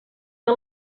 que